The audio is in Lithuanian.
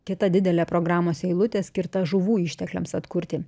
kita didelė programos eilutė skirta žuvų ištekliams atkurti